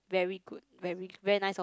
very good very very nice of